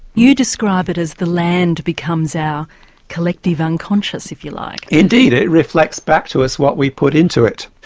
you describe it as the land becomes our collective unconscious, if you like. indeed, it reflects back to us what we put into it.